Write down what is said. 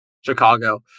Chicago